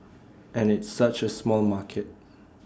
and it's such A small market